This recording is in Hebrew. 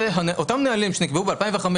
שאותם נהלים שנקבעו ב-2005,